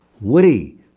Woody